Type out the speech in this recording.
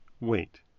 Wait